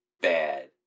bad